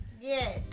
Yes